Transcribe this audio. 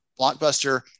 Blockbuster